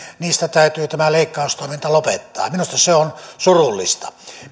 niistä täytyy tämä leikkaustoiminta lopettaa minusta se on surullista